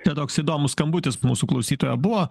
te toks įdomus skambutis mūsų klausytojo buvo